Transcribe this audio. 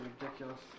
ridiculous